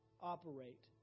operate